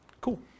Cool